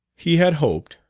he had hoped,